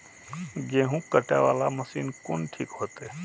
गेहूं कटे वाला मशीन कोन ठीक होते?